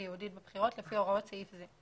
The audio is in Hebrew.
ייעודי בבחירות לפי הוראות סעיף זה.